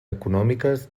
econòmiques